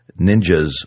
ninjas